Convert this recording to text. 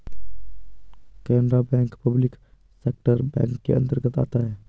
Canara bank public sector bank के अंतर्गत आता है